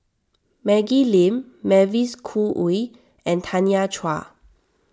Maggie Lim Mavis Khoo Oei and Tanya Chua